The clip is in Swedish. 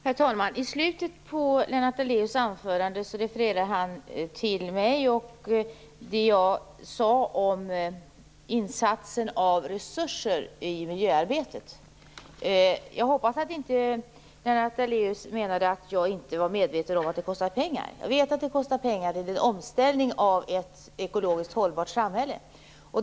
Herr talman! I slutet av Lennart Daléus anförande refererade han till mig och det jag sade om insatsen av resurser i miljöarbetet. Jag hoppas att Lennart Daléus inte menade att jag inte var medveten om att det kostar pengar. Jag vet att det kostar pengar med en omställning till ett ekologiskt hållbart samhälle.